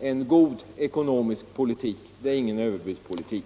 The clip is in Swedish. en god ekonomisk politik. Det är ingen överbudspolitik.